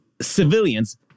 civilians